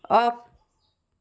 off